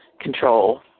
control